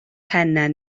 pennau